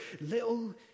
little